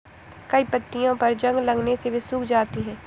कई पत्तियों पर जंग लगने से वे सूख जाती हैं